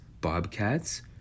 Bobcats